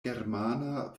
germana